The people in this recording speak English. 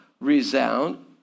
resound